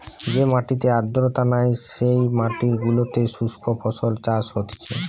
যে মাটিতে আর্দ্রতা নাই, যেই জমি গুলোতে শুস্ক ফসল চাষ হতিছে